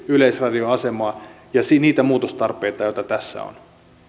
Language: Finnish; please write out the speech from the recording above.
yleisradion asemaa ja niitä muutostarpeita joita tässä on